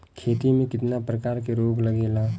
खेती में कितना प्रकार के रोग लगेला?